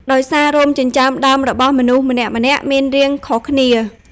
ដោយសារ រោមចិញ្ចើមដើមរបស់មនុស្សម្នាក់ៗមានរាងខុសគ្នា។